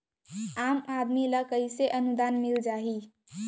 आम आदमी ल कइसे अनुदान मिल जाही?